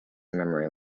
memory